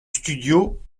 studio